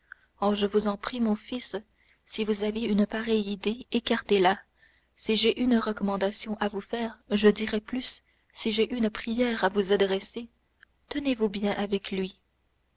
oh je vous en prie mon fils si vous aviez une pareille idée écartez la et si j'ai une recommandation à vous faire je dirai plus si j'ai une prière à vous adresser tenez-vous bien avec lui